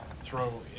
throw